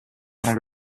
dans